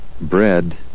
bread